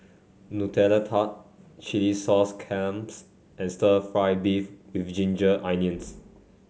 Nutella Tart Chilli Sauce Clams and stir fry beef with Ginger Onions